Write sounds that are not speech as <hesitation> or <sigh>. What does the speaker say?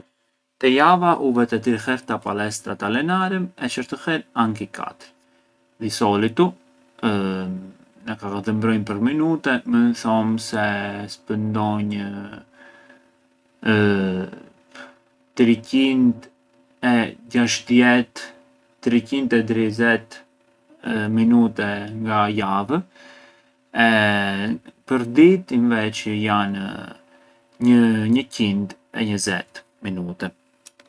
Te java u vete tri herë te a palestra të allenarem e çerti herë anki katër, di solitu na ka dhëmbronj për minute mënd thom se spëndonj <hesitation> tri qint e gjashtëdhjetë- tri qint e trizet minute na javë e për ditë inveçi janë një qint e njëzet minute.